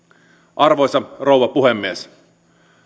arvoisa rouva puhemies